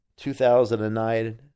2009